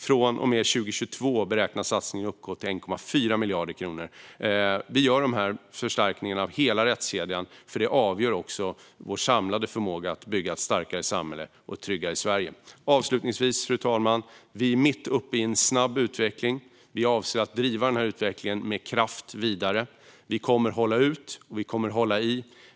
Från och med 2022 beräknas satsningen uppgå till 1,4 miljarder kronor. Vi gör förstärkningar av hela rättskedjan, för det avgör vår samlade förmåga att bygga ett starkare samhälle och ett tryggare Sverige. Avslutningsvis, fru talman, är vi mitt uppe i en snabb utveckling. Vi avser att driva denna utveckling vidare med kraft. Vi kommer att hålla ut och hålla i.